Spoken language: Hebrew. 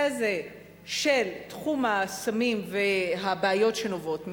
הזה של תחום הסמים והבעיות שנובעות ממנו,